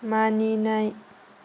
मानिनाय